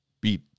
beat